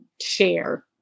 share